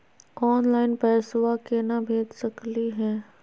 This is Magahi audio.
ऑनलाइन पैसवा केना भेज सकली हे?